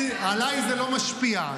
עליי זה לא משפיע,